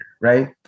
right